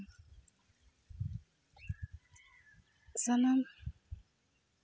ᱥᱟᱱᱟᱢ